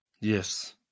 yes